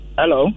Hello